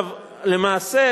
למעשה,